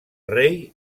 rei